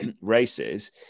races